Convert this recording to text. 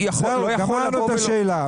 זאת השאלה.